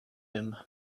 him